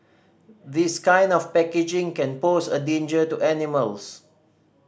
this kind of packaging can pose a danger to animals